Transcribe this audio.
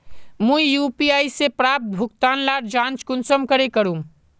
मुई यु.पी.आई से प्राप्त भुगतान लार जाँच कुंसम करे करूम?